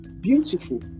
Beautiful